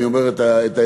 אני אומר את האמת,